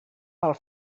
pel